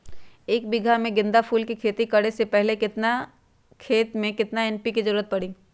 एक बीघा में गेंदा फूल के खेती करे से पहले केतना खेत में केतना एन.पी.के के जरूरत परी?